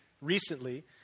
recently